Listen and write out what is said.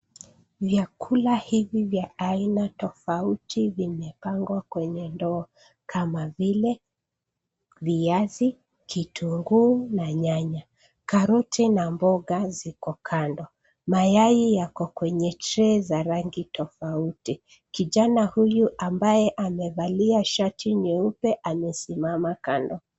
Vyakula hivi vya aina tofauti vimepangwa kwenye ndoo kama vile viazi, kitunguu na nyanya. Karoti na mboga ziko kando. Mayai yako kwenye tray za rangi tofauti. Kijana huyu ambaye amevalia shati nyeupe amesimama kando.